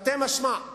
תרתי משמע.